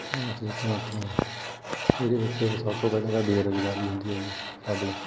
ਭਾਰਤ ਵਿੱਚ ਸਭ ਤੋਂ ਜ਼ਿਆਦਾ ਇਹਦੇ ਵਿੱਚ ਸਭ ਤੋਂ ਪਹਿਲਾਂ ਤਾਂ ਬੇਰੁਜ਼ਗਾਰੀ ਆਉਂਦੀ ਹੈ ਜੀ ਸਾਡੀ